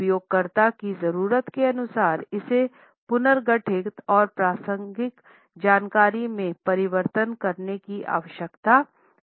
उपयोगकर्ता की जरूरत के अनुसार इससे पुनर्गठित और प्रासंगिक जानकारी में परिवर्तित करने की आवश्यकता है